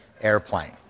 airplane